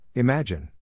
Imagine